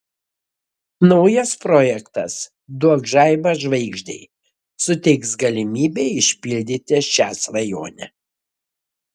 naujas projektas duok žaibą žvaigždei suteiks galimybę išpildyti šią svajonę